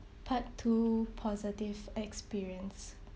part two positive experience